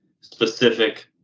specific